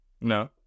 No